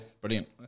brilliant